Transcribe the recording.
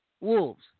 wolves